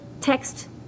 text